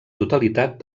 totalitat